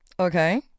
Okay